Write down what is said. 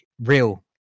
real